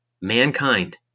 mankind